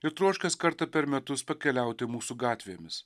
ir troškęs kartą per metus pakeliauti mūsų gatvėmis